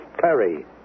Perry